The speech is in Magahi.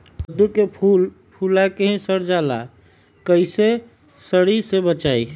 कददु के फूल फुला के ही सर जाला कइसे सरी से बचाई?